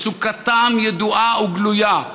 מצוקתם ידועה וגלויה.